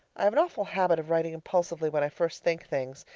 i have an awful habit of writing impulsively when i first think things,